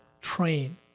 train